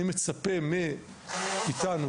לכן אני מצפה מאתנו,